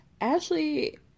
Ashley